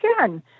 again